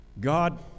God